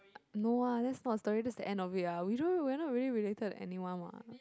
no ah that's not the story that's the end of it ah we don't we are not really related to anyone what